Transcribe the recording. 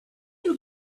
you